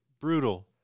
Brutal